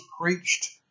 preached